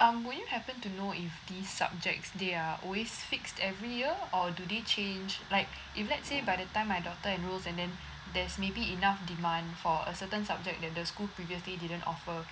um would you happen to know if these subjects they are always fixed every year or do they change like if let's say by the time my daughter enrolls and then there's maybe enough demand for a certain subject that the school previously didn't offer